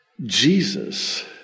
Jesus